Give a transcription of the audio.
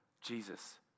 Jesus